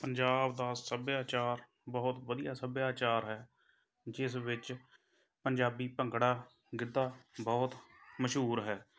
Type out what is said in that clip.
ਪੰਜਾਬ ਦਾ ਸੱਭਿਆਚਾਰ ਬਹੁਤ ਵਧੀਆ ਸੱਭਿਆਚਾਰ ਹੈ ਜਿਸ ਵਿੱਚ ਪੰਜਾਬੀ ਭੰਗੜਾ ਗਿੱਧਾ ਬਹੁਤ ਮਸ਼ਹੂਰ ਹੈ